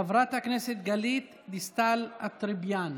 חברת הכנסת גלית דיסטל אטבריאן.